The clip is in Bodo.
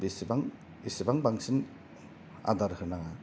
बेसेबां एसेबां बांसिन आदार होनाङा